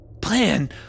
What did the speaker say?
Plan